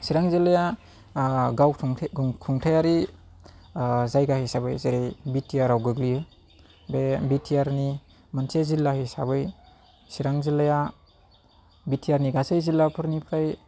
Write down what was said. चिरां जिल्लाया गावखुंथायारि जायगा हिसाबै जेरै बि टि आर आव गोग्लैयो बे बि टि आर नि मोनसे जिल्ला हिसाबै चिरां जिल्लाया बि टि आर नि गासै जिल्लाफोरनिफ्राय